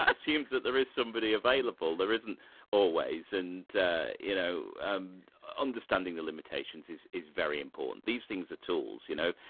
ah assumes that there is somebody available, there isn't always and you know um understanding the limitations is is very important. these things are tools, you know,